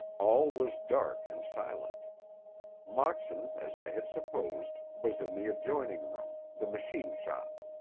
all was dark and silent moxon, as i had supposed, was in the adjoining room the machine-shop.